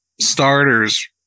starters